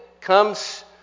comes